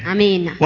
Amen